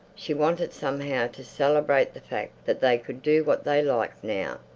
she wanted, somehow, to celebrate the fact that they could do what they liked now.